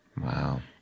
Wow